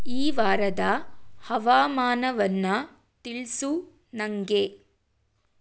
ಈ ವಾರದ ಹವಾಮಾನವನ್ನು ತಿಳಿಸು ನನಗೆ